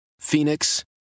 Phoenix